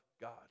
God